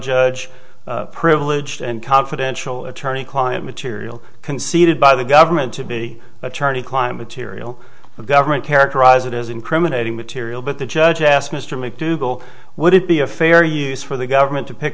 judge privileged and confidential attorney client material conceded by the government to be attorney climate ereal the government characterize it as incriminating material but the judge asked mr mcdougal would it be a fair use for the government to pick